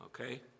Okay